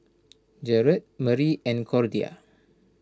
Jared Marie and Cordia